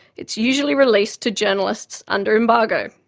it's usually released to journalists under embargo.